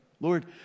Lord